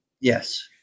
yes